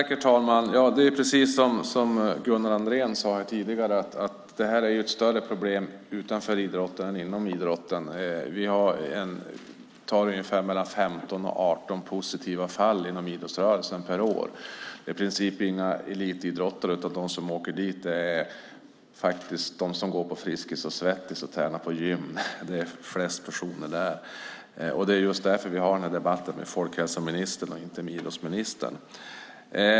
Herr talman! Det är precis som Gunnar Andrén sade tidigare, att det här är ett större problem utanför idrotten än inom idrotten. Vi har ungefär 18 positiva fall inom idrottsrörelsen per år. Det är i princip inga elitidrottare, utan de som åker dit är de som går på Friskis & Svettis och tränar på gym. Det är flest personer där. Det är just därför vi har den här debatten med folkhälsoministern och inte med idrottsministern.